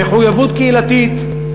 מחויבות קהילתית.